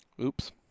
Oops